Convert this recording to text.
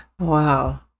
wow